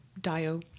Dio